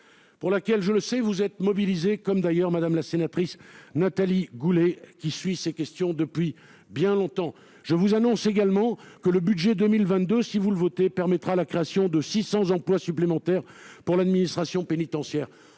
monsieur le sénateur, vous vous mobilisez, comme d'ailleurs Mme la sénatrice Nathalie Goulet, qui suit ces questions depuis fort longtemps. Je vous annonce également que le budget 2022, si vous le votez, permettra de créer 600 emplois supplémentaires dans l'administration pénitentiaire.